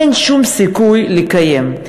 אין שום סיכוי להתקיים.